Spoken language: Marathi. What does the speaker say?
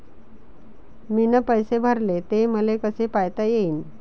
मीन पैसे भरले, ते मले कसे पायता येईन?